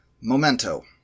Memento